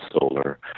solar